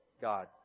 God